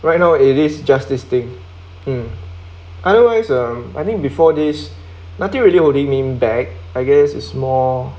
right now it is just this thing mm otherwise um I think before this nothing really holding me back I guess is more